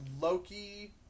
Loki